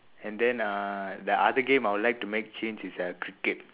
and then uh the other game I would like to change is uh cricket